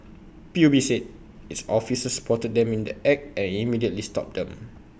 P U B said its officers spotted them in the act and immediately stopped them